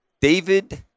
David